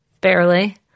Barely